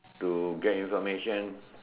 to get information